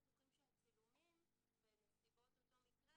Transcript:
אנחנו פשוט לא בטוחים שהצילומים בנסיבות אותו מקרה